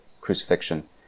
crucifixion